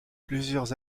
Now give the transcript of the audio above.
plusieurs